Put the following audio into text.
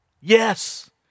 Yes